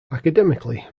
academically